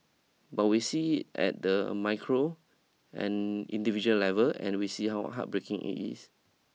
but we see it at the micro and individual level and we see how heartbreaking it is